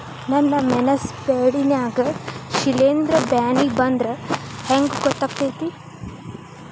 ನನ್ ಮೆಣಸ್ ಬೆಳಿ ನಾಗ ಶಿಲೇಂಧ್ರ ಬ್ಯಾನಿ ಬಂದ್ರ ಹೆಂಗ್ ಗೋತಾಗ್ತೆತಿ?